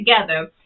together